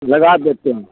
लगा देते हैं